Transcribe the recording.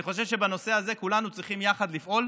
ואני חושב שבנושא הזה כולנו צריכים יחד לפעול